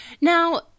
Now